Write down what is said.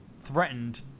threatened